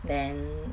then